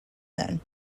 then